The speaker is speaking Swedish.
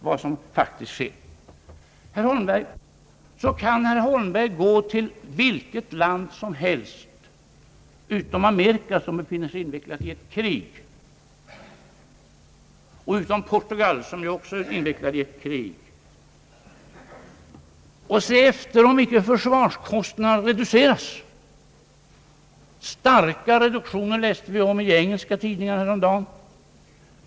I den nuvarande ekonomiska situationen i världen kan herr Holmberg gå till vilket land som helst utom USA, som befinner sig i ett krig, och utom Portugal, som också är invecklat i ett krig, och se efter om inte försvarskostnaderna reduceras. Starka reduktioner av försvarskostnaderna läste vi om i engelska tidningar häromdagen.